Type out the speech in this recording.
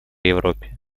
европе